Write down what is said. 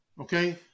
okay